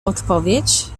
odpowiedź